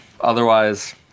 Otherwise